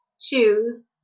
choose